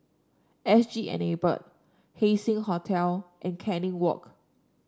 S G Enable Haising Hotel and Canning Walk